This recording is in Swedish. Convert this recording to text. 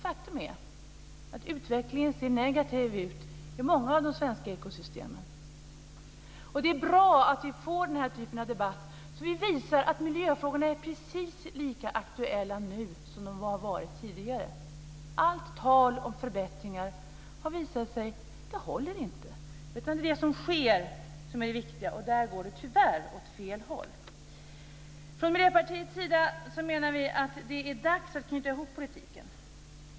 Faktum är att utvecklingen ser negativ ut för många av de svenska ekosystemen. Det är bra att vi får den här typen av debatt så att vi visar att miljöfrågorna är precis lika aktuella nu som de har varit tidigare. Allt tal om förbättringar har visat sig inte hålla. Det är det som sker som är det viktiga, och där går det tyvärr åt fel håll. Vi från Miljöpartiet anser att det är dags att knyta ihop politiken.